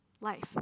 life